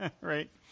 Right